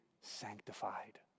sanctified